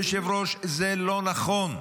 אדוני היושב-ראש, זה לא נכון.